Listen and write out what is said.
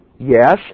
Yes